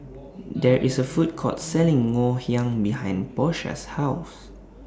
There IS A Food Court Selling Ngoh Hiang behind Porsha's House